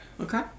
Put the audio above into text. Okay